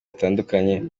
zitandukanye